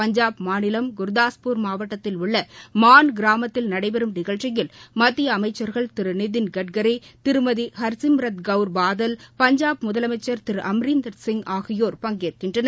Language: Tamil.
பஞ்சாப் மாநிலம் குர்தாஸ்பூர் மாவட்டத்தில் உள்ள மான் கிராமத்தில் நடைபெறும் இந்நிகழ்ச்சியில் மத்திய அமைச்சர்கள் திரு நிதின் கட்கரி திருமதி ஹர்சிம்ரத் கவுர் பாதல் பஞ்சாப் முதலமைச்சர் திரு அமரீந்தர் சிங் ஆகியோர் பங்கேற்கின்றனர்